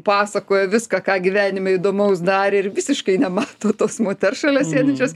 pasakoja viską ką gyvenime įdomaus darė ir visiškai nemato tos moters šalia sėdinčios